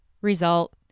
result